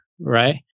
right